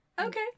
Okay